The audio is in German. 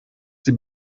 sie